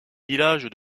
village